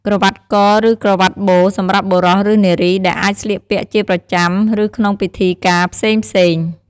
ក្រវាត់ក ឬក្រវាត់បូ សម្រាប់បុរស ឬនារី ដែលអាចស្លៀកពាក់ជាប្រចាំ ឬក្នុងពិធីការផ្សេងៗ។